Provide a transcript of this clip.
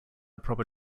proper